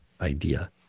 idea